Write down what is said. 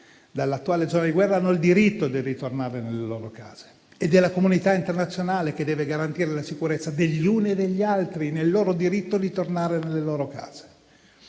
dall'attuale zona di guerra hanno il diritto di ritornare nelle loro case. È la comunità internazionale che deve garantire la sicurezza degli uni e degli altri nel loro diritto di tornare nelle proprie case.